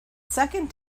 second